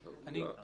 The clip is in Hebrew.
רק לבנקים, לא לנו.